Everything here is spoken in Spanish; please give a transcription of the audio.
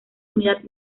unidad